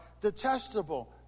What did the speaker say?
detestable